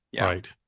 Right